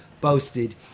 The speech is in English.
boasted